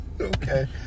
Okay